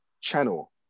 channel